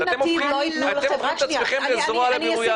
אתם הופכים את עצמכם לזרוע לבירור יהדות.